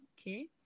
Okay